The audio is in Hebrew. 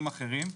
אחרים.